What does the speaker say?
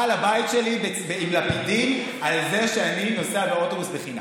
בעל הבית שלי עם לפידים על זה שאני נוסע באוטובוס בחינם.